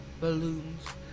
balloons